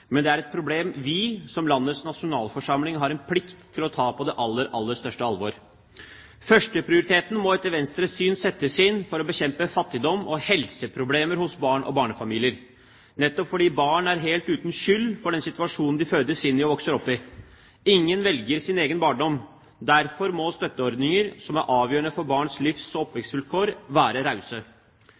men det er et problem vi som landets nasjonalforsamling har plikt til å ta på det aller, aller største alvor. Førsteprioriteten må etter Venstres syn settes inn for å bekjempe fattigdom og helseproblemer hos barn og barnefamilier, nettopp fordi barn er helt uten skyld i den situasjonen de fødes inn i og vokser opp i. Ingen velger sin egen barndom. Derfor må støtteordningene som er avgjørende for barns livs- og oppvekstvilkår, være rause.